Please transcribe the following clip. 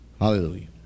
Hallelujah